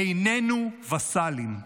איננו וסאלים.